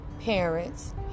parents